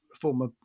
former